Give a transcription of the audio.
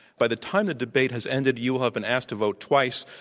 by the time the debate has ended, you will have been asked to vote twice,